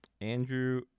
Andrew